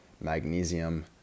Magnesium